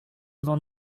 m’en